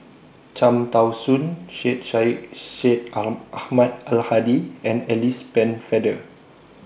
Cham Tao Soon Sheikh Syed Sheikh Ahmad Al Hadi and Alice Pennefather